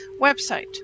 website